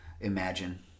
imagine